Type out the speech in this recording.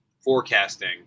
forecasting